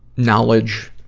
knowledge,